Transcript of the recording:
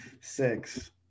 Six